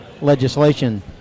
legislation